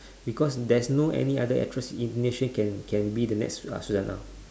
because there's no any other actress in the nation can can be the next uh suzzanna